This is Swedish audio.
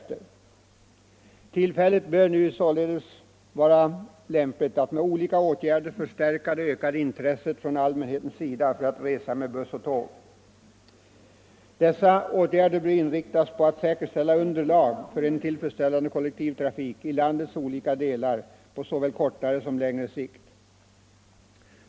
Tillfället bör således nu vara lämpligt att med olika åtgärder förstärka det ökade intresset från allmänhetens sida för att resa med buss och tåg. Dessa åtgärder bör inriktas på att säkerställa underlag för en tillfredsställande kollektivtrafik i landets olika delar på såväl kortare som längre sikt.